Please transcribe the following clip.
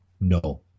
No